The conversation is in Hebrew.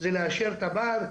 זה לאשר תב"ר,